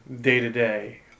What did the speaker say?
day-to-day